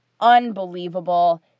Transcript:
unbelievable